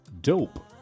dope